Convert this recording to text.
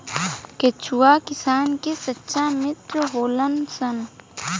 केचुआ किसान के सच्चा मित्र होलऽ सन